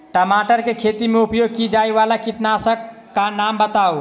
टमाटर केँ खेती मे उपयोग की जायवला कीटनासक कऽ नाम बताऊ?